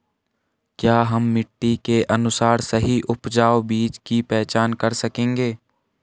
क्या हम मिट्टी के अनुसार सही उपजाऊ बीज की पहचान कर सकेंगे?